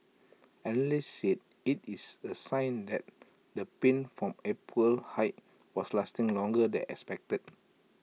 analysts say IT is A sign that the pain from April's hike was lasting longer than expected